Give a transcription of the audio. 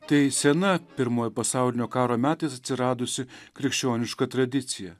tai sena pirmojo pasaulinio karo metais atsiradusi krikščioniška tradicija